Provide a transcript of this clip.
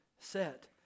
set